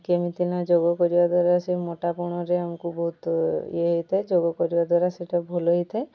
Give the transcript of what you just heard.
କେମିତି ନା ଯୋଗ କରିବା ଦ୍ୱାରା ସେ ମୋଟାପଣରେ ଆମକୁ ବହୁତ ଇଏ ହୋଇଥାଏ ଯୋଗ କରିବା ଦ୍ୱାରା ସେଇଟା ଭଲ ହୋଇଥାଏ